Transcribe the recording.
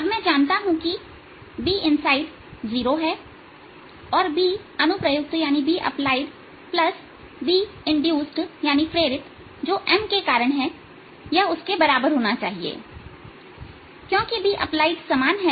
अब मैं जानता हूं कि Binside 0 है और यह Bapplied अनुप्रयुक्त Binduced प्रेरित जो M के कारण है उसके बराबर होना चाहिए क्योंकि अनुप्रयुक्त B समान है